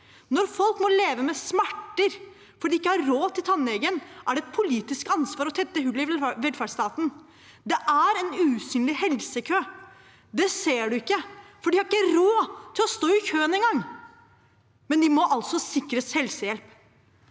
Når folk må leve med smerter fordi de ikke har råd til å gå til tannlegen, er det et politisk ansvar å tette hullet i velferdsstaten. Det er en usynlig helsekø. Man ser det ikke, for de har ikke råd til å stå i køen i gang, men de må altså sikres helsehjelp.